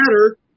matter